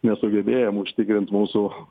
nesugebėjom užtikrint mūsų